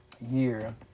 year